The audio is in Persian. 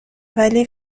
ولی